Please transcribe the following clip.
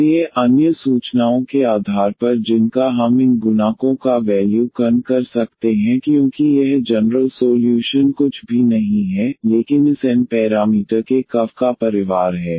इसलिए अन्य सूचनाओं के आधार पर जिनका हम इन गुणांकों का वैल्यू ांकन कर सकते हैं क्योंकि यह जनरल सोल्यूशन कुछ भी नहीं है लेकिन इस एन पैरामीटर के कर्व का परिवार है